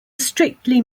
strictly